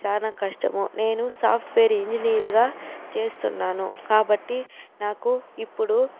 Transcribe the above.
చానా కష్టము నేను సాఫ్ట్వేర్ ఇంజనీర్ గా చేస్తున్నాను కాబట్టి నాకు ఇప్పుడు